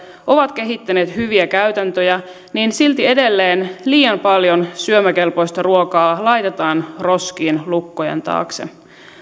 ovat kehittäneet hyviä käytäntöjä niin silti edelleen liian paljon syömäkelpoista ruokaa laitetaan roskiin lukkojen taakse